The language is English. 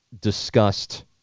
discussed